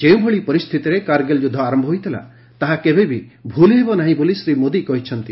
ଯେଉଁଭଳି ପରିସ୍ଥିତିରେ କାର୍ଗିଲ୍ ଯୁଦ୍ଧ ଆରମ୍ଭ ହୋଇଥିଲା ତାହା କେବେବି ଭୁଲିହେବ ନାହିଁ ବୋଲି ଶ୍ରୀ ମୋଦି କହିଛନ୍ତି